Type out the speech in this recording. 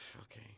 okay